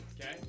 Okay